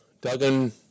Duggan